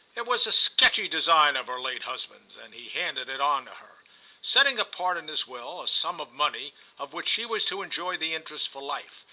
it was a sketchy design of her late husband's, and he handed it on to her setting apart in his will a sum of money of which she was to enjoy the interest for life,